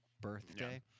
birthday